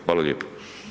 Hvala lijepo.